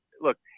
look